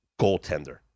goaltender